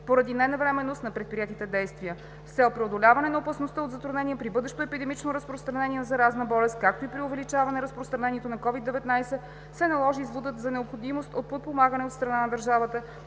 поради ненавременност на предприетите действия. С цел преодоляване на опасността от затруднения при бъдещо епидемично разпространение на заразна болест, както и при увеличаване разпространението на COVID-19, се наложи изводът за необходимост от подпомагане от страна на държавата